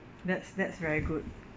that's that's very good